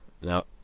Now